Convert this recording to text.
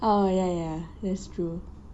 oh ya ya that's true